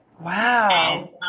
Wow